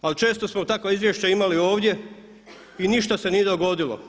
Ali često smo takva izvješća imali ovdje i ništa se nije dogodilo.